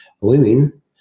women